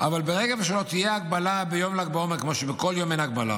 אבל ברגע שלא תהיה הגבלה ביום ל"ג בעומר כמו שבכל יום אין הגבלה,